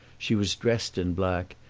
she was dressed in black,